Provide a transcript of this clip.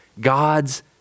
God's